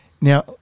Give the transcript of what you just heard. Now